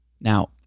now